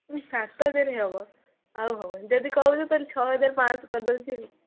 ସାତ ହଜାର ହେବ ଆଉ ହେବନି ଯଦି କହୁଛ ତାହେଲେ ଛଅ ହଜାର ପାଁ'ଶହ କରିଦେଉଛି ଆଉ